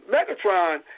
Megatron